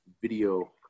video